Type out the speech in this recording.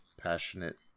passionate